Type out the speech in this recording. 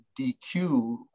DQ